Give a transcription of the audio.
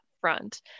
front